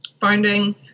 finding